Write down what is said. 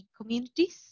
communities